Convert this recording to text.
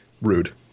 rude